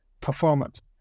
Performance